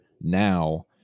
Now